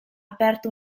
aperto